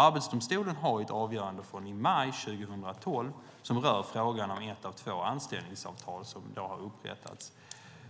Arbetsdomstolen har i ett avgörande från maj 2012 som rör frågan om ett av två anställningsavtal som har upprättats